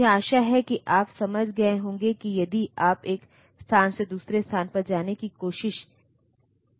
तो मुझे आशा है कि आप समझ गए होंगे कि यदि आप एक स्थान से दूसरे स्थान पर जाने की कोशिश कर रहे हैं